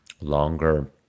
longer